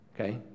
Okay